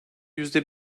yüzde